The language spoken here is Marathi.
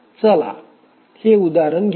चला हे उदाहरण घेऊ